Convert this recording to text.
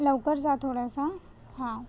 लवकर जा थोडसं हां